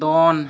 ᱫᱚᱱ